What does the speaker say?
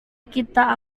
kita